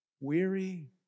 weary